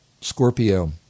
Scorpio